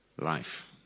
life